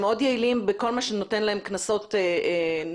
הם מאוד יעילים בכל מה שנותן להם קנסות נכבדים,